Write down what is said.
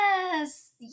yes